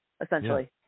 essentially